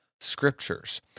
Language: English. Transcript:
scriptures